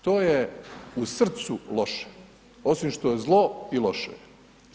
To je u srcu loše, osim što je zlo i loše je.